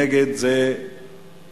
נגד, זה הורדה.